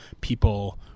people